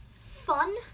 fun